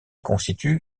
constitue